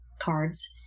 cards